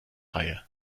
reihe